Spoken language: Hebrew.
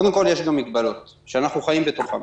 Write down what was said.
קודם כול, יש גם מגבלות שאנחנו חיים בתוכן.